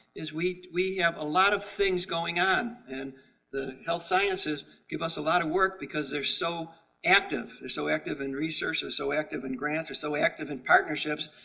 is. we we have a lot of things going on, and the health sciences give us a lot of work because they're so active. they're so active in research, so so active in grants, they are so active in partnerships,